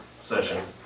session